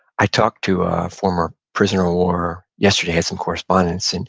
i talked to a former prisoner of war yesterday, had some correspondence, and